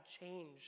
change